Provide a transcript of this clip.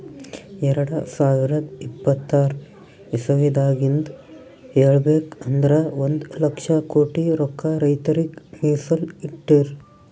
ಎರಡ ಸಾವಿರದ್ ಇಪ್ಪತರ್ ಇಸವಿದಾಗಿಂದ್ ಹೇಳ್ಬೇಕ್ ಅಂದ್ರ ಒಂದ್ ಲಕ್ಷ ಕೋಟಿ ರೊಕ್ಕಾ ರೈತರಿಗ್ ಮೀಸಲ್ ಇಟ್ಟಿರ್